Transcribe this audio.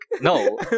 No